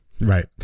Right